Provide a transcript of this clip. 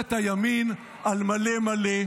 ממשלת הימין על מלא מלא.